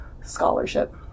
scholarship